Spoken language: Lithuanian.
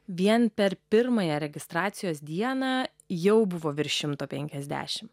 vien per pirmąją registracijos dieną jau buvo virš šimto penkiasdešim